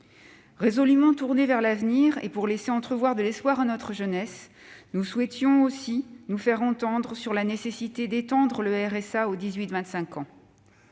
Résolument tournés vers l'avenir, et pour laisser entrevoir de l'espoir à notre jeunesse, nous souhaitions aussi nous faire entendre sur la nécessité d'étendre le RSA aux jeunes